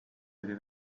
oli